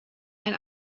ein